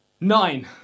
Nine